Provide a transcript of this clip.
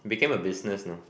became a business know